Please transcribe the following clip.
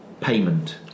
payment